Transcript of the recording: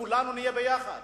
שכולנו נהיה ביחד.